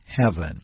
heaven